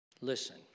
Listen